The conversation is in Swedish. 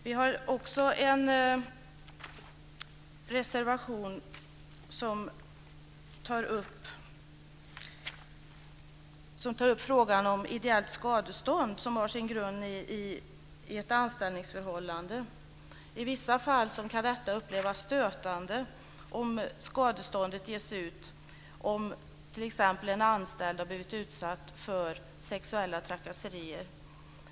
Vi har också en reservation där vi tar upp frågan om ideellt skadestånd som har sin grund i ett anställningsförhållande. I vissa fall kan detta upplevas som stötande vid skadestånd för t.ex. sexuella trakasserier.